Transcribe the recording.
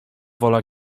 wola